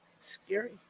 Scary